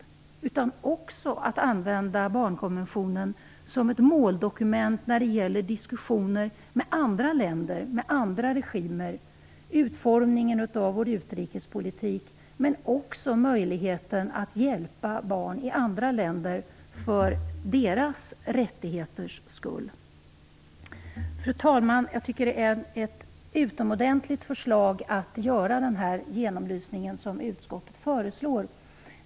Vi kan också använda barnkonventionen som ett måldokument i diskussioner med andra länder, andra regimer och i utformningen av vår utrikespolitik för att hjälpa barn i andra länder när det gäller deras rättigheter. Fru talman! Jag tycker att det är ett utomordentligt förslag att göra den genomlysning som utskottet föreslår.